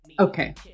Okay